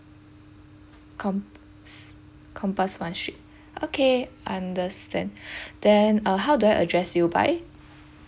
compass compass one street okay understand then uh how do I address you by